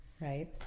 Right